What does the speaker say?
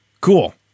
cool